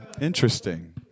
interesting